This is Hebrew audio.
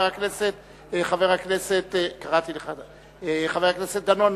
חבר הכנסת דנון,